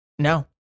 No